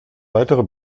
weitere